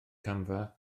camfa